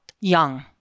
Young